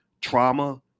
trauma